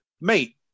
mate